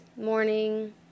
morning